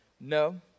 No